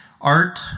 art